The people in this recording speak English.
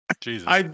Jesus